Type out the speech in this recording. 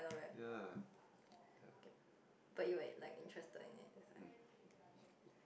ya